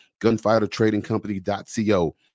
gunfightertradingcompany.co